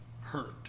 hurt